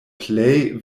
plej